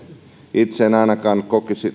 itse en ainakaan